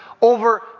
over